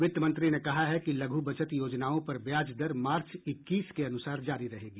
वित्त मंत्री ने कहा है कि लघ् बचत योजनाओं पर ब्याज दर मार्च इक्कीस के अनुसार जारी रहेगी